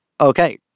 okay